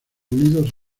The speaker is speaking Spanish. unidos